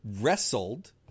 wrestled